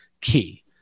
Key